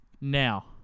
Now